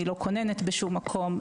אני לא כוננת בשום מקום.